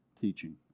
teaching